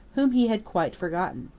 whom he had quite forgotten.